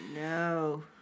no